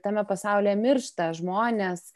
tame pasaulyje miršta žmonės